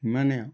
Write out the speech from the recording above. সিমানে আৰু